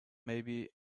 maybe